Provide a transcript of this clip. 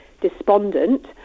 despondent